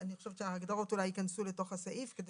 אני חושבת שההגדרות אולי ייכנסו לתוך הסעיף כדי